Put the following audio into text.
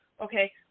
Okay